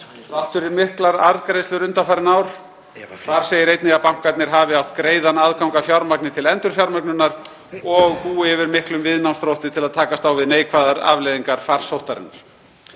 fyrir miklar arðgreiðslur undanfarin ár. Þar segir einnig að bankarnir hafi átt greiðan aðgang að fjármagni til endurfjármögnunar og búi yfir miklum viðnámsþrótti til að takast á við neikvæðar afleiðingar farsóttarinnar.